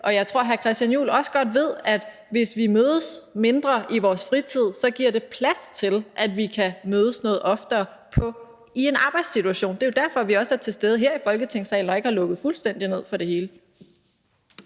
og jeg tror, at hr. Christian Juhl også godt ved, at hvis vi mødes mindre i vores fritid, giver det plads til, at vi kan mødes noget oftere i en arbejdssituation. Det er jo derfor, vi også er til stede her i Folketingssalen og ikke har lukket fuldstændig ned for det hele